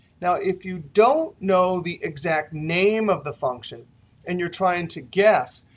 now, if you don't know the exact name of the function and you're trying to guess,